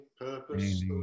purpose